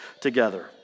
together